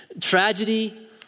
Tragedy